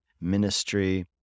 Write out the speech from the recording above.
ministry